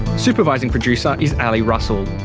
supervising producer is ali russell.